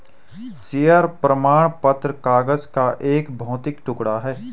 share प्रमाण पत्र कागज का एक भौतिक टुकड़ा है